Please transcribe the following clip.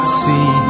see